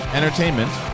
Entertainment